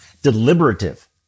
Deliberative